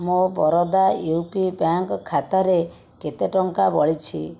ମୋ Baroda U P bank ଖାତାରେ କେତେ ଟଙ୍କା ବଳିଛି